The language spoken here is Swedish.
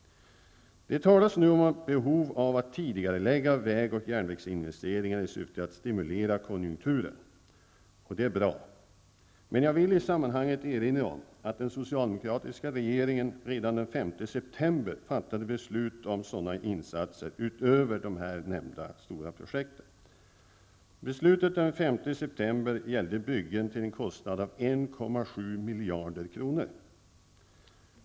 Det talas om behov att tidigarelägga vägoch järnvägsinvesteringar i syfte att stimulera konjunkturen, och det är bra. Men jag vill i sammanhanget erinra om att den socialdemokratiska regeringen redan den 5 september fattade beslut om sådana insatser utöver de här redan nämnda stora projekten. Beslutet den 5 september gällde byggen till en kostnad av 1,7 miljarder kronor.